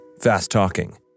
fast-talking